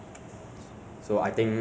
joseph 没有啊